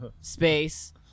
space